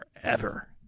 forever